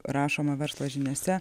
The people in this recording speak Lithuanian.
rašoma verslo žiniose